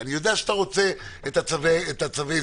אני יודע שאתה רוצה את צווי הסגירה.